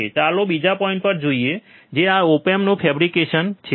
ચાલો બીજા પોઈન્ટ પર જઈએ જે ઓપેમ નું ફેબ્રિકેશન છે